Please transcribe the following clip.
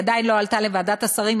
היא עדיין לא עלתה לוועדת השרים,